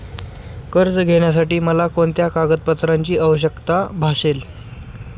कर्ज घेण्यासाठी मला कोणत्या कागदपत्रांची आवश्यकता भासेल?